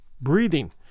breathing